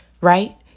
right